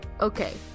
okay